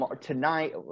tonight